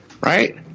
right